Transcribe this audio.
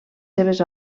seves